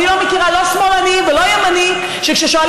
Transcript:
אני לא מכירה לא שמאלני ולא ימני שכששואלים